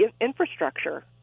infrastructure